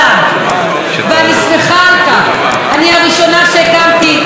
אני הראשונה שהקמתי את הביתן הישראלי בפסטיבל קאן,